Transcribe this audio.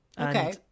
Okay